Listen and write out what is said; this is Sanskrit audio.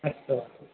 अस्तु